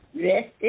rest